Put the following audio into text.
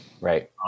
Right